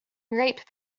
ripe